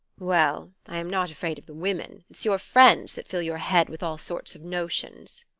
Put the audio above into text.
well, i am not afraid of the women it's your friends that fill your head with all sorts of notions.